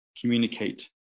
communicate